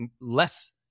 less